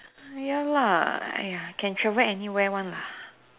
ya lah !aiya! can travel anywhere one lah